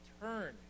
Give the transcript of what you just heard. turn